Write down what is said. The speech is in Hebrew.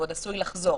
הוא עוד עשוי לחזור.